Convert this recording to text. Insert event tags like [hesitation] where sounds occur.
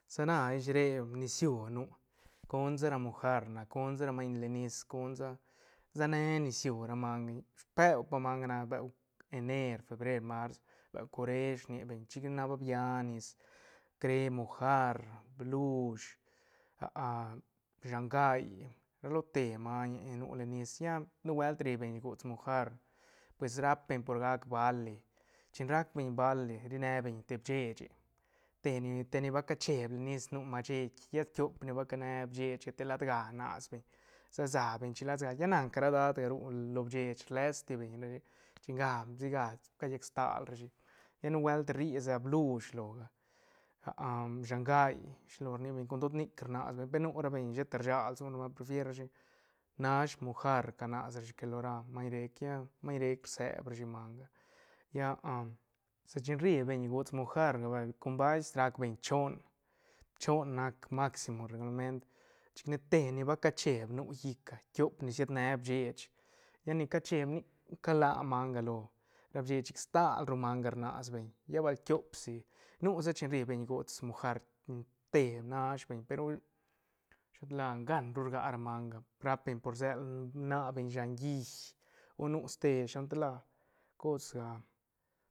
Sa na ish re nisiú nu consa ra mojar na conda ra maiñ le nis conda se ne nisiú ra manga speu pa manga nac ener, febrer, mars beu coresh rni beñ chic nac ba bia nis rre mojar blush [hesitation] shangai ra lo mañe ni nu len nis lla nubuelt ri beñ gost mojar pues rap beñ por gac bali chin rac beñ bali ri ne beñ te bicheche teni- teni ba ca cheeb len nis nu macheit lla tiop ni va cane bchechga te lad ga nas beñ se sa beñ chilas ga lla nac ca ra dadga ru lo bchech rles ti beñ rashi chenga si ga callac sta rashi lla nubuelt ri sa blush lo ga [hesitation] shangai shilo rni beñ con tod nic rnas beñ per nu ra beñ sheta rsag lsone manga prefier rashi nash mojar ca nas rashi que lo ra maiñ rec lla maiñ rec rseb rashi manga lla [hesitation] sa chin ri beñ gots mojar vay con bais rac beñ choon choon nac maximo reglament chic ne te ni ba ca cheeb nu llicga tiop ni sied ne bchech lla ni ca cheeb nic ca la manga lo ra bchech chic stal ru manga rnas beñ lla bal tiop si nu sa chin ri beñ gots mojar te nash beñ pe ru shilo la ngan ru rga ra manga rap beñ por sel na beñ shan llí o nu ste shilo tan la cos ga